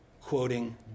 quoting